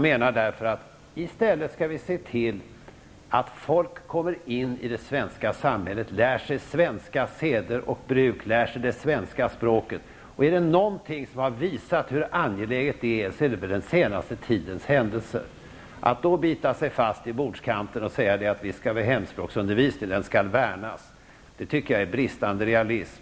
Vi skall se till att dessa människor kommer in i det svenska samhället, lär sig svenska seder och bruk och det svenska språket. Är det någonting som har visat hur angeläget detta är, är det väl den senaste tidens händelser. Att då bita sig fast i bordskanten och säga att hemspråksundervisningen skall värnas är brist på realism.